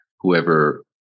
whoever